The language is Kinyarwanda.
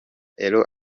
euro